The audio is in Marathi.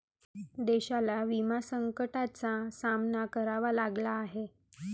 देशाला विमा संकटाचा सामना करावा लागला आहे